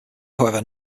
however